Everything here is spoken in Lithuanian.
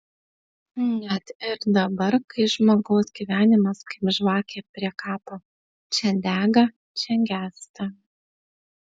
net ir dabar kai žmogaus gyvenimas kaip žvakė prie kapo čia dega čia gęsta